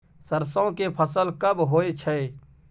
सरसो के फसल कब होय छै?